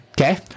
Okay